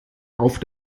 auf